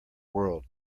world